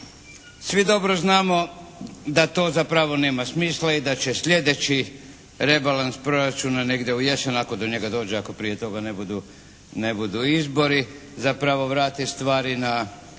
Svi dobro znamo da to zapravo nema smisla i da će sljedeći rebalans proračuna negdje u jesen ako do njega dođe, ako prije toga ne budu izbori zapravo vratiti stvari na